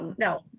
no,